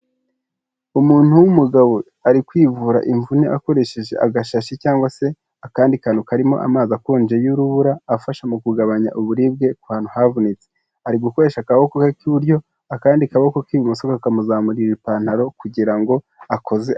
Umuntu w'umugabo ari kwivura imvune akoresheje agashashi cyangwa se akandi kantu karimo amazi akonje y'urubura afasha mu kugabanya uburibwe ahantu havunitse. Ari gukoresha akaboko ke k'iburyo akandi kaboko k'ibumoso kakamuzamurira ipantaro kugira ngo akoze.